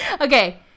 Okay